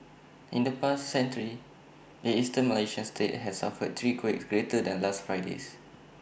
in the past century the Eastern Malaysian state has suffered three quakes greater than last Friday's